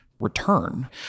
Return